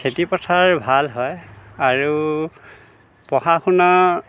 খেতি পথাৰ ভাল হয় আৰু পঢ়া শুনা